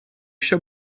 еще